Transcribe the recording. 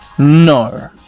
No